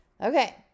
Okay